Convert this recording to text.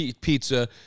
pizza